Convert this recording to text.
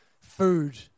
food